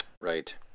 Right